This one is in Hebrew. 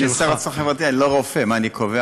אני שר אוצר חברתי, אני לא רופא, מה,